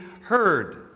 heard